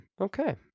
Okay